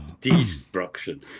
destruction